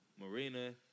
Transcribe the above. Marina